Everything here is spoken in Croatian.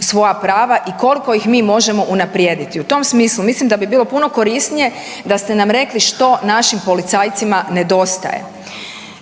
svoja prava i koliko ih mi možemo unaprijediti. U tom smislu mislim da bi bilo puno korisnije da ste nam rekli što našim policajcima nedostaje.